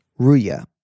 Ruya